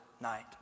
night